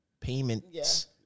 payments